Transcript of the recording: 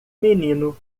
menino